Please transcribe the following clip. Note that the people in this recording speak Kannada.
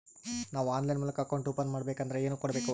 ನಾವು ಆನ್ಲೈನ್ ಮೂಲಕ ಅಕೌಂಟ್ ಓಪನ್ ಮಾಡಬೇಂಕದ್ರ ಏನು ಕೊಡಬೇಕು?